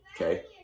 okay